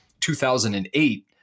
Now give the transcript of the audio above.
2008